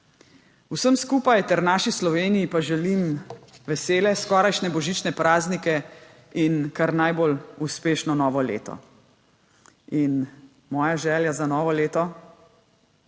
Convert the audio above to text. Vsem skupaj ter naši Sloveniji pa želim vesele skorajšnje božične praznike in kar najbolj uspešno novo leto. In moja želja za novo leto?